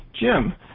Jim